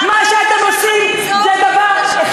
מה שאתם עושים זה דבר אחד בלבד,